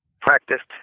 practiced